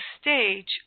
stage